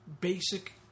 basic